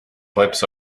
clips